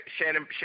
Shannon